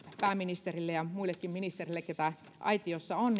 pääministerille ja muillekin ministereille keitä aitiossa on